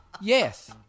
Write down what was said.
Yes